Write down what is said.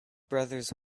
brothers